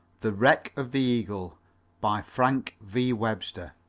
the wreck of the eagle by frank v. webster